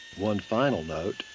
one final note,